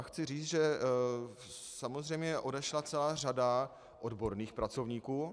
Chci říct, že samozřejmě odešla celá řada odborných pracovníků.